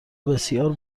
بسیار